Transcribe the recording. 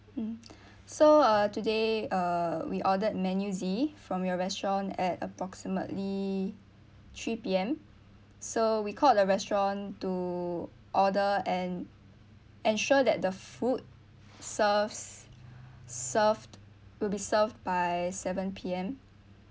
mm so uh today uh we ordered menu Z from your restaurant at approximately three P_M so we called the restaurant to order and ensure that the food serves served will be served by seven P_M